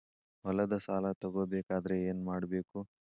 ಹೊಲದ ಸಾಲ ತಗೋಬೇಕಾದ್ರೆ ಏನ್ಮಾಡಬೇಕು?